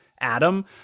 Adam